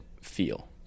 feel